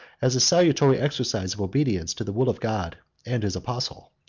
as a salutary exercise of obedience to the will of god and his apostle.